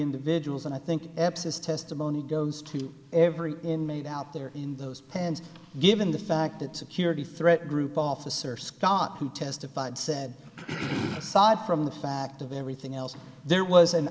individuals and i think abscess testimony goes to every inmate out there in those pens given the fact that security threat group officer scott who testified said aside from the fact of everything else there was an